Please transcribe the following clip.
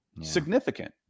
Significant